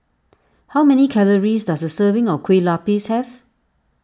how many calories does a serving of Kueh Lupis have